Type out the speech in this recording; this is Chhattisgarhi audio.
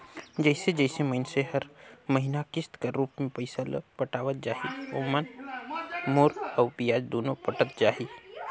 जइसे जइसे मइनसे हर हर महिना किस्त कर रूप में पइसा ल पटावत जाही ओाम मूर अउ बियाज दुनो पटत जाही